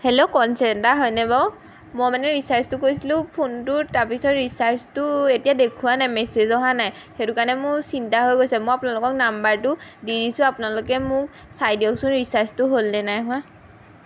hello কনচেণ্টা হয়নে বাৰু মই মানে ৰিচাৰ্জটো কৈছিলোঁ ফোনটো তাৰপিছত ৰিচাৰ্জটো এতিয়া দেখুওৱা নাই মেছেজ অহা নাই সেইটো কাৰণে মোৰ চিন্তা হৈ গৈছে মই আপোনালোকক নাম্বাৰটো দি দিছোঁ আপোনালোকে মোক চাই দিয়কচোন ৰিচাৰ্জটো হ'ল নে নাই হোৱা